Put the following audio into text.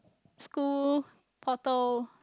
school portal